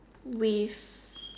with